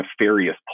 nefarious